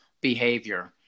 behavior